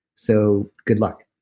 so good luck.